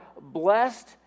blessed